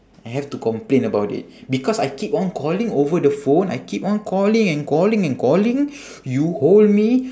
I have to complain about it because I keep on calling over the phone I keep on calling and calling and calling you hold me